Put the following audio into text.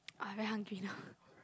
oh I very hungry now